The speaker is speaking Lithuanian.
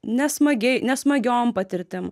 nesmagiai nesmagiom patirtim